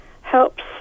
helps